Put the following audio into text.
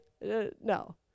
No